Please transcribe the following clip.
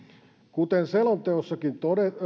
kuten selonteossakin